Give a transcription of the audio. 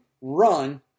run